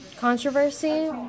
controversy